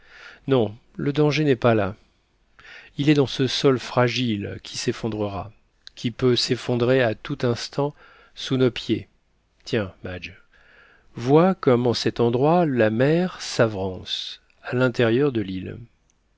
non le danger n'est pas là il est dans ce sol fragile qui s'effondrera qui peut s'effondrer à tout instant sous nos pieds tiens madge vois comme en cet endroit la mer s'avance à l'intérieur de l'île